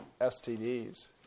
STDs